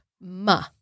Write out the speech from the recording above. ma